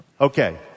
Okay